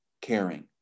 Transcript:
caring